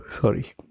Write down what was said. Sorry